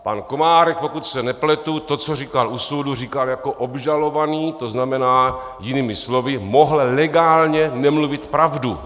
Pan Komárek, pokud se nepletu, to, co říkal u soudu, říkal jako obžalovaný, to znamená jinými slovy, mohl legálně nemluvit pravdu.